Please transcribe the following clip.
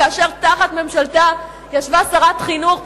כאשר תחת ממשלתה ישבה שרת חינוך,